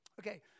Okay